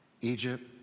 Egypt